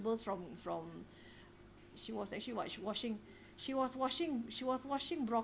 ~tables from from she was actually was washing she was washing she was washing bro~